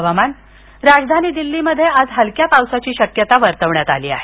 हवामान अंदाज राजधानी दिल्लीमध्ये आज हलक्या पावसाची शक्यता वर्तवण्यात आली आहे